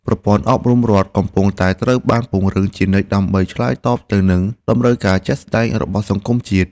ប្រព័ន្ធអប់រំរដ្ឋកំពុងតែត្រូវបានពង្រឹងជានិច្ចដើម្បីឆ្លើយតបទៅនឹងតម្រូវការជាក់ស្តែងរបស់សង្គមជាតិ។